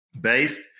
based